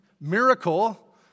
miracle